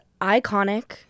iconic